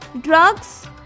drugs